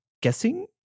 guessing